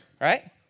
right